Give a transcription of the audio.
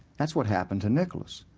that's what happened to nichols.